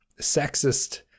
sexist